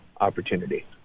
opportunity